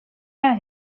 know